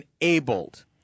enabled